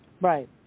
Right